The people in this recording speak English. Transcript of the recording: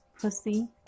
Pussy